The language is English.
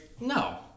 No